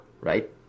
right